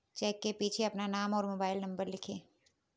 check के पीछे अपना नाम और मोबाइल नंबर लिखें